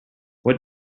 what